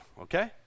okay